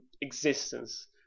existence